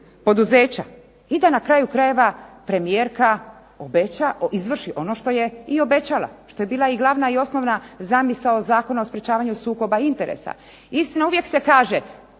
i da na kraju krajeva premijerka obeća, izvrši ono što je i obećala, što je bila i glavna i osnovna zamisao Zakona o sprječavanju sukoba interesa. Istina, uvijek se kaže